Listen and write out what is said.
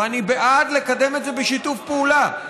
ואני בעד לקדם את זה בשיתוף פעולה.